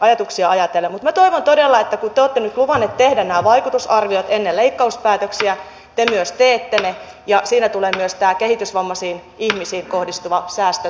mutta minä toivon todella että kun te olette nyt luvanneet tehdä nämä vaikutusarviot ennen leikkauspäätöksiä te myös teette ne ja siinä tulevat myös nämä kehitysvammaisiin ihmisiin kohdistuvat säästöt huomioitua